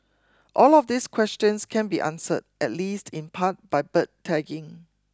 all of these questions can be answered at least in part by bird tagging